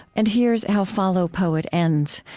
and here's how follow, poet ends,